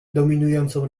dominującą